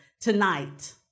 tonight